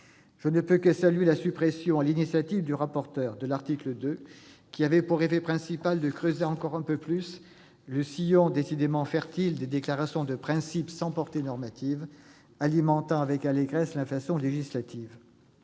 Je ne peux que saluer la suppression, sur l'initiative du rapporteur, de l'article 2, dont le mérite principal était de creuser encore un peu plus le sillon, décidément fertile, des déclarations de principe sans portée normative, alimentant avec allégresse l'inflation législative.